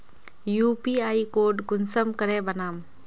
UPI code कुंसम करे बनाम?